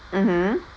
mmhmm